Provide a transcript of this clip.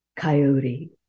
Coyote